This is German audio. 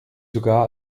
sogar